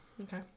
Okay